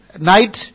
night